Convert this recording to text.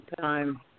time